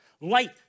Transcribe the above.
Light